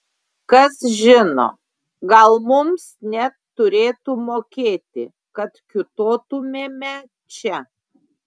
kas žino gal mums net turėtų mokėti kad kiūtotumėme čia